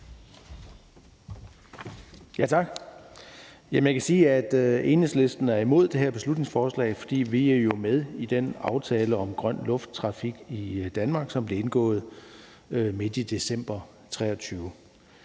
Tak. Man kan sige, at Enhedslisten er imod det her beslutningsforslag, fordi vi jo er med i den aftale om grøn lufttrafik i Danmark, som blev indgået midt i december 2023.